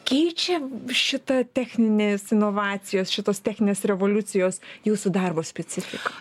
keičia šita techninės inovacijos šitos techninės revoliucijos jūsų darbo specifiką